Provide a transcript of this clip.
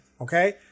okay